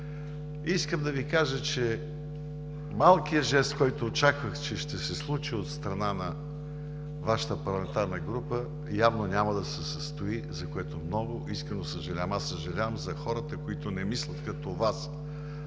Искам да Ви кажа, че малкият жест, който очаквах, че ще се случи от страна на Вашата парламентарна група, явно няма да се състои, за което много искрено съжалявам. Съжалявам за хората, които не мислят като Вас,